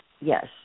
Yes